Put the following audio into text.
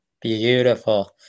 Beautiful